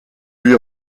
lui